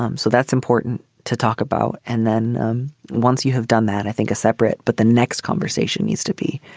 um so that's important to talk about. and then um once you have done that, i think a separate. but the next conversation needs to be.